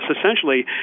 essentially